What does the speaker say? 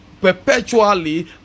perpetually